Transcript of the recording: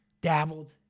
dabbled